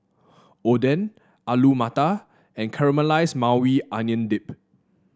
Oden Alu Matar and Caramelized Maui Onion Dip